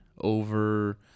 over